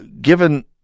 given